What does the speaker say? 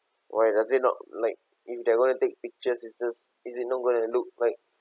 why does it not like if they're going to take pictures is it not going to look like